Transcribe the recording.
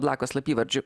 blako slapyvardžiu